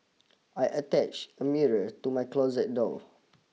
I attached a mirror to my closet door